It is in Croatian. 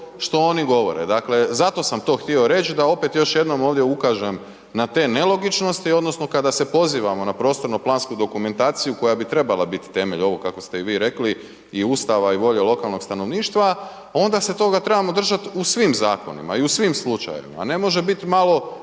što oni govore. Dakle zato sam to htio reć da opet još jednom ukažem na te nelogičnosti odnosno kada se pozivamo na prostorno plansku dokumentaciju koja bi trebala biti temelj ovo kako ste i vi rekli i Ustava i volje lokalnog stanovništva onda se toga trebamo držati u svim zakonima i u svim slučajevima. Ne može biti malo